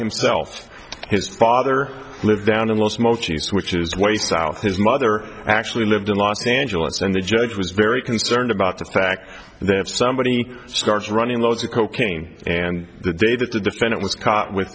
himself his father lived down in the switches way south his mother actually lived in los angeles and the judge was very concerned about the fact that if somebody starts running those cocaine and the day that the defendant w